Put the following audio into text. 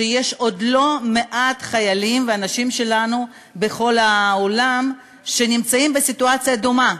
שיש עוד לא-מעט חיילים ואנשים שלנו בכל העולם שנמצאים בסיטואציה דומה.